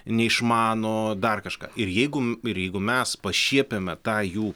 neišmano dar kažką ir jeigu m ir jeigu mes pašiepiame tą jų